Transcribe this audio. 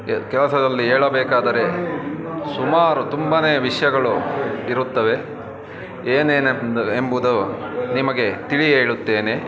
ಕೆಲಸದಲ್ಲಿ ಹೇಳಬೇಕಾದರೆ ಸುಮಾರು ತುಂಬಾ ವಿಷಯಗಳು ಇರುತ್ತವೆ ಏನೇನೆಂದು ಎಂಬುದು ನಿಮಗೆ ತಿಳಿ ಹೇಳುತ್ತೇನೆ